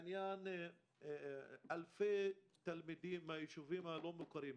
לעניין אלפי תלמידים מהישובים הלא מוכרים,